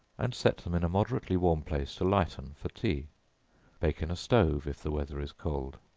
and set them in a moderately warm place to lighten for tea bake in a stove, if the weather is cold.